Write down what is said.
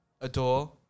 adore